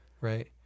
right